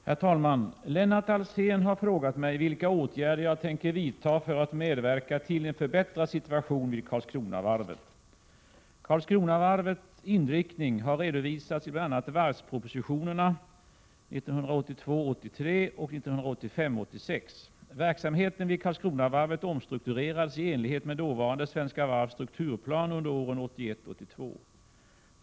Herr talman! Lennart Alsén har frågat mig vilka åtgärder jag tänker vidta för att medverka till en förbättrad situation vid Karlskronavarvet. Karlskronavarvets inriktning har redovisats i bl.a. varvspropositionerna 1982 86:120. Verksamheten vid Karlskronavarvet omstrukturerades i enlighet med dåvarande Svenska Varvs strukturplan under åren 1981-1982.